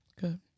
Good